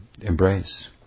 embrace